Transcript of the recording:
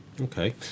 Okay